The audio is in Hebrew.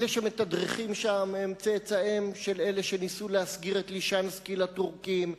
אלה שמתדרכים שם הם צאצאיהם של אלה שניסו להסגיר את לישנסקי לטורקים,